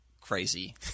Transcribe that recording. crazy